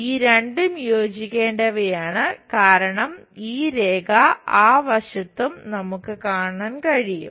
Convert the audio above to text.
ഈ രണ്ടും യോജിക്കേണ്ടവയാണ് കാരണം ഈ രേഖ ആ വശത്തും നമുക്ക് കാണാൻ കഴിയും